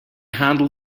handle